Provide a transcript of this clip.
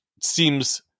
seems